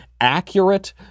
accurate